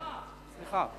סליחה,